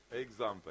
example